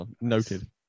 Noted